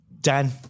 Dan